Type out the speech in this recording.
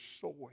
sowing